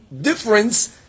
difference